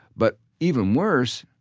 but even worse,